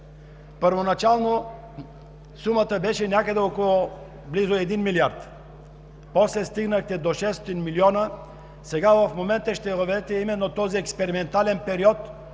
Първоначално сумата беше някъде около близо един милиард, после стигнахте до 600 милиона, сега в момента ще въведете именно този експериментален период,